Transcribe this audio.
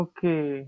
Okay